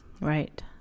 Right